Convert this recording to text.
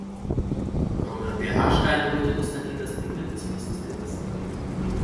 kraujo ph gali būti nustatytas tik medicinos įstaigose